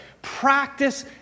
Practice